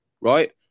right